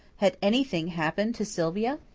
had anything happened to sylvia?